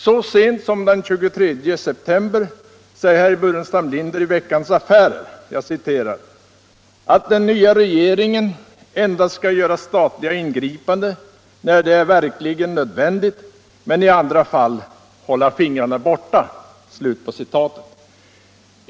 Så sent som den 23 september säger herr Burenstam Linder i Veckans Affärer ”att den nya regeringen endast skall göra statliga ingripanden när det är verkligen nödvändigt, men i andra fall hålla fingrarna borta”.